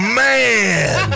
man